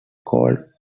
called